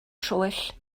troell